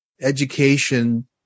education